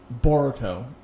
Boruto